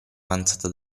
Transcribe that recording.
avanzata